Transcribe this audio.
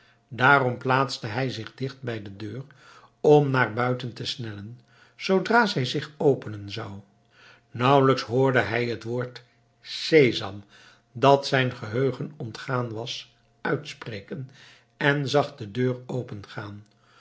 daarom plaatste hij zich dicht bij de deur om naar buiten te snellen zoodra zij zich openen zou nauwelijks hoorde hij het woord sesam dat zijn geheugen ontgaan was uitspreken en zag de deur opengaan